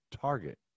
target